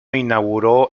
inauguró